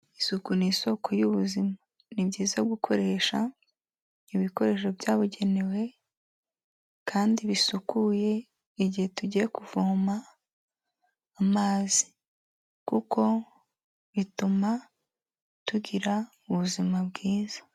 Isuku ni isoko y'ubuzima. Ni byiza gukoresha ibikoresho byabugenewe kandi bisukuye, igihe tugiye kuvoma amazi. Kuko bituma tugira ubuzima bwiza.